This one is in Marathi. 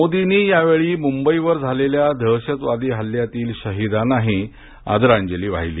मोदिनी यावेळी मुंबईवर झालेल्या दहशतवादी हल्ल्यातील शहीदाना आदरांजली वाहिली